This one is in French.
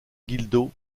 guildo